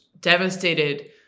devastated